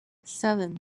seven